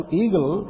eagle